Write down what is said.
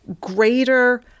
greater